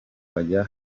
bajya